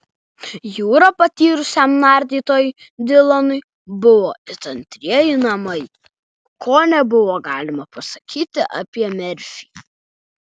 jūra patyrusiam nardytojui dilanui buvo it antrieji namai ko nebuvo galima pasakyti apie merfį